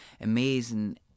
amazing